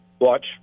watch